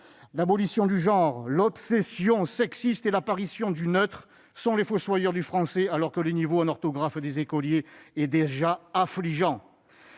L'abolition du genre, l'obsession sexiste et l'apparition du neutre sont les fossoyeurs du français, alors que le niveau en orthographe des écoliers est déjà affligeant.